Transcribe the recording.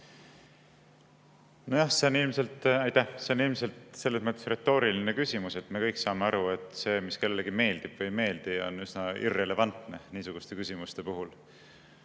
See on ilmselt selles mõttes retooriline küsimus, et me kõik saame aru, et see, mis kellelegi meeldib või ei meeldi, on üsna irrelevantne niisuguste teemade puhul.